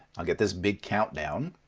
i'll get this big countdown,